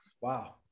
Wow